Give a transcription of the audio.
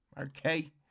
Okay